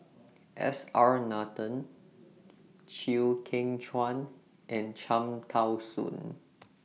S R Nathan Chew Kheng Chuan and Cham Tao Soon